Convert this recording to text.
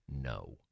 no